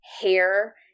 hair